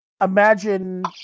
imagine